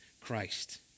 Christ